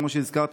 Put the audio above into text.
כמו שהזכרת,